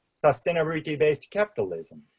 sustainability-based capitalism.